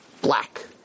black